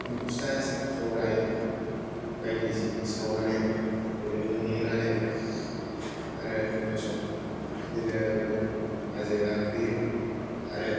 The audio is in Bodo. फिथा सौराय बायदि सवनानै बयनोबो जाहोयो रानो आरो बिदिनो खाजा जाफैयो आरो